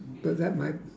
but that might